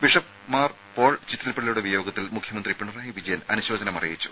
bishop Mar Paul ചിറ്റിലപ്പള്ളിയുടെ വിയോഗത്തിൽ മുഖ്യമന്ത്രി പിണറായി വിജയൻ അനുശോചനം അറിയിച്ചു